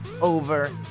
over